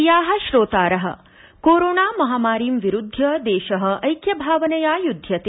प्रियाः श्रोतारः कोरोणा महामारीं विरुध्य देश ऐक्य भावनया य्ध्यते